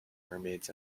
mermaids